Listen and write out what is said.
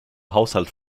haushalt